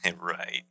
Right